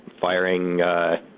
firing